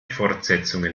fortsetzungen